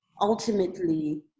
ultimately